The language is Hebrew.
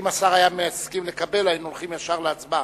אם השר היה מסכים לקבל, היינו הולכים ישר להצבעה,